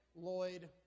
Lloyd